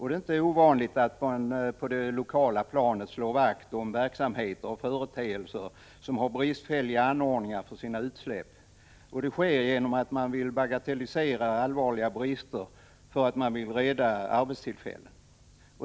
Det är inte ovanligt att man på det lokala planet slår vakt om verksamheter och företeelser som har bristfälliga anordningar för sina utsläpp. Man bagatelliserar allvarliga brister för att man vill rädda arbetstillfällen.